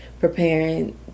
preparing